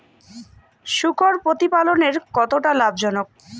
শূকর প্রতিপালনের কতটা লাভজনক?